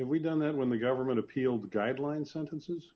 we've done that when the government appealed the guidelines sentences